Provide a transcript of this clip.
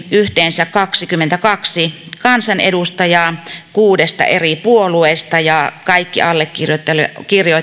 yhteensä kaksikymmentäkaksi kansanedustajaa kuudesta eri puolueesta ja kaikki allekirjoittajat